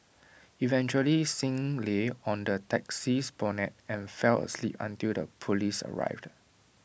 eventually Singh lay on the taxi's bonnet and fell asleep until the Police arrived